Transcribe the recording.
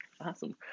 Awesome